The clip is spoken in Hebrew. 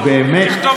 תכתוב ספרון.